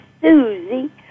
Susie